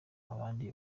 abandi